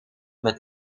met